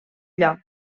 lloc